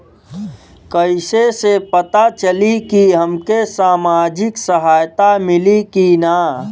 कइसे से पता चली की हमके सामाजिक सहायता मिली की ना?